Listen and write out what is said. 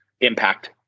impact